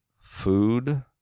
food